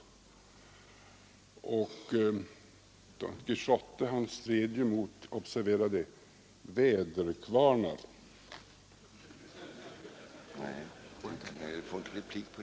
Don Quijote stred ju mot — observera det — väderkvarnar!